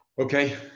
Okay